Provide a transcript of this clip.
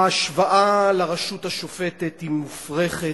ההשוואה לרשות השופטת היא מופרכת.